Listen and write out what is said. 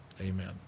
Amen